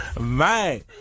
Man